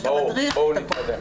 יש את המדריך, את הכל.